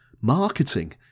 marketing